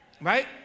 right